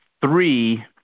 three